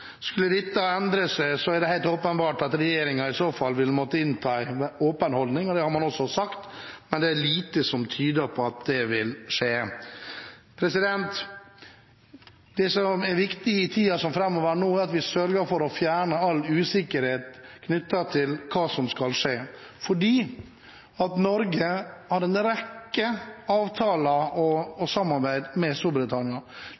Skulle dette endre seg, er det helt åpenbart at regjeringen i så fall vil måtte innta en åpen holdning, og det har man også sagt, men det er lite som tyder på at det vil skje. Det som er viktig i tiden framover nå, er at vi sørger for å fjerne all usikkerhet knyttet til hva som skal skje, for Norge har en rekke avtaler og